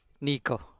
Nico